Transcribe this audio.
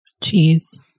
Cheese